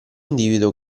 individuo